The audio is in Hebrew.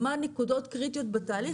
מה הנקודות הקריטיות בתהליך?